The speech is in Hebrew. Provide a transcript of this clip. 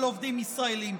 של עובדים ישראלים,